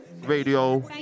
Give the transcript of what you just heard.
radio